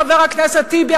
חבר הכנסת טיבי,